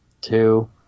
two